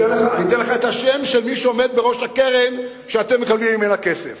אני אתן לך את השם של מי שעומד בראש הקרן שאתם מקבלים ממנה כסף